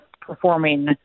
performing